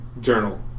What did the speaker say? journal